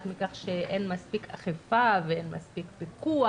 מכך שאין מספיק אכיפה ואין מספיק פיקוח,